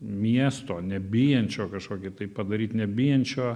miesto nebijančio kažkokį tai padaryt nebijančio